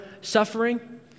suffering